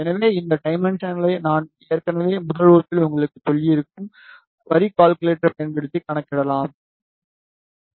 எனவே இந்த டைமென்ஷன்களை நான் ஏற்கனவே முதல் வகுப்பில் உங்களுக்குச் சொல்லியிருக்கும் வரி கால்குலேட்டரைப் பயன்படுத்தி கணக்கிடலாம்